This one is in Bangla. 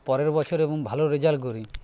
পরের বছর এবং ভালো রেজাল্ট করি